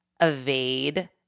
evade